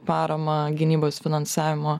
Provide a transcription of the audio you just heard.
paramą gynybos finansavimo